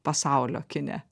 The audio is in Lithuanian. pasaulio kine